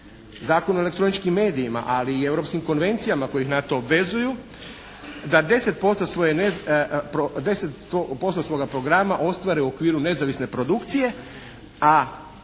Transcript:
Zakonu o elektroničkim medijima ali i europskim konvencijama koje ih na to obvezuju da 10% svoje, 10% svoga programa ostvare u okviru nezavisne produkcije a